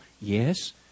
Yes